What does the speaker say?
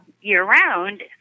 year-round